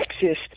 Texas